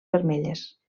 vermelles